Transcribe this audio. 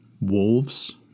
wolves